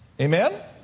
Amen